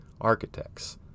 architects